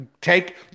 take